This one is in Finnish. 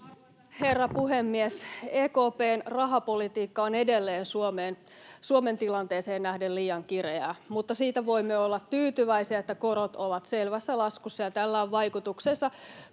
herra puhemies! EKP:n rahapolitiikka on edelleen Suomen tilanteeseen nähden liian kireää, mutta siitä voimme olla tyytyväisiä, että korot ovat selvässä laskussa. Paitsi, että tällä on vaikutuksensa